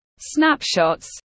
snapshots